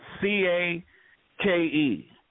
C-A-K-E